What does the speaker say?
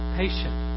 patient